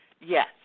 Yes